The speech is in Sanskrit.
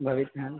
भवति न